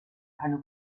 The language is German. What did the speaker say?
keine